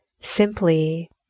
simply